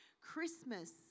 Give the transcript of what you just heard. Christmas